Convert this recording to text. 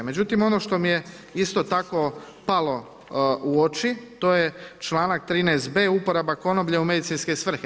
Međutim, ono što mi je isto tako palo u oči, to je članak 13.b. – uporaba konoplje u medicinske svrhe.